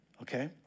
Okay